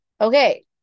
Okay